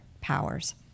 powers